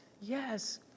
yes